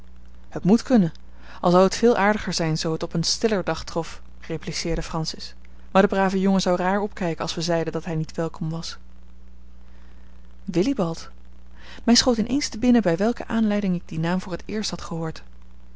het moet kunnen al zou het veel aardiger zijn zoo het op een stiller dag trof repliceerde francis maar de brave jongen zou raar opkijken als we zeiden dat hij niet welkom was willibald mij schoot in eens te binnen bij welke aanleiding ik dien naam voor het eerst had gehoord